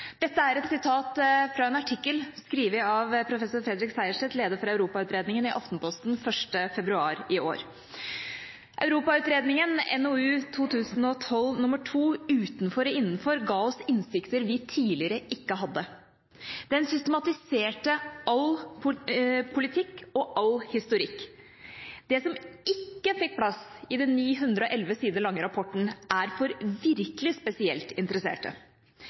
fra en artikkel skrevet av professor Fredrik Sejersted, leder for Europautredningen, i Aftenposten 1. februar i år. Europautredningen, NOU 2012: 2 Utenfor og innenfor – Norges avtaler med EU, ga oss innsikter vi tidligere ikke hadde. Den systematiserte all politikk og all historikk. Det som ikke fikk plass i den 911 sider lange rapporten, er for virkelig spesielt interesserte.